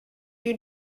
you